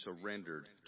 surrendered